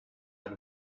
out